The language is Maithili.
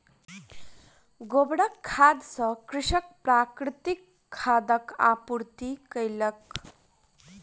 गोबर खाद सॅ कृषक प्राकृतिक खादक आपूर्ति कयलक